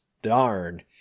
darn